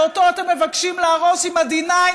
ואותו אתם מבקשים להרוס עם ה-D9,